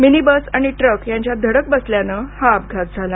mini bus आणि truck यांच्यात धडक बसल्यानं हा अपघात झाला